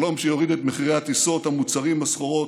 שלום שיוריד את מחירי הטיסות, המוצרים, הסחורות,